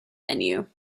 menu